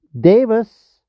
Davis